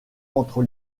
entre